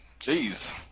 Jeez